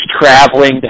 traveling